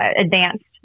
advanced